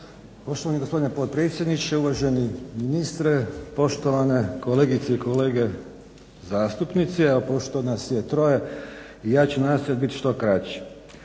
Poštovani gospodine potpredsjedniče, uvaženi ministre, poštovane kolegice i kolege zastupnici. A pošto nas je troje ja ću nastojati biti što kraći.